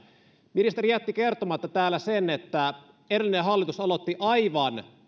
ministeri jätti kertomatta täällä sen että edellinen hallitus aloitti aivan